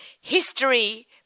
history